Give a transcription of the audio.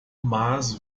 mas